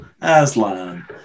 Aslan